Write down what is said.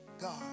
God